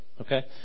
Okay